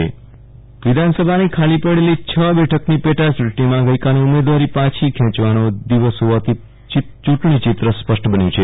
વિરલ રાણા પેટા ચુટણી ચિત્ર ધારાસાભાની ખાલી પડેલી છ બેઠકની પેટા ચુટણીમાં ગઈકાલે ઉમેદવારી પાછી ખેંચવાનો દિવ સી હોવાથી ચુટણીચિત્ર સ્પષ્ટ બન્યુ છે